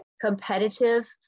competitive